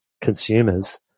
consumers